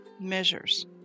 measures